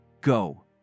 Go